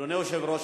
אדוני היושב-ראש,